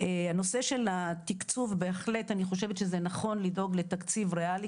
הנושא של התקצוב בהחלט אני חושבת שזה נכון לדאוג לתקציב ריאלי